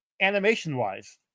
animation-wise